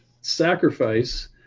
sacrifice